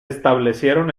establecieron